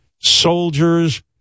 soldiers